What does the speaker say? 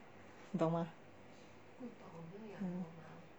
你懂吗